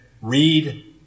read